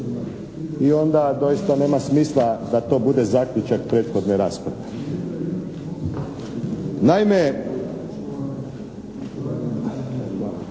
i onda doista nema smisla da to bude zaključak prethodne rasprave.